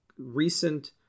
recent